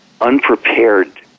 unprepared